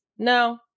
No